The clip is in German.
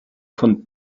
von